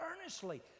earnestly